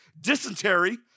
dysentery